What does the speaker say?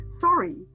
sorry